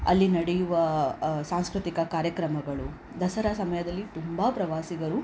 ಅಲ್ಲಿ ನಡೆಯುವ ಸಾಂಸ್ಕೃತಿಕ ಕಾರ್ಯಕ್ರಮಗಳು ದಸರಾ ಸಮಯದಲ್ಲಿ ತುಂಬ ಪ್ರವಾಸಿಗರು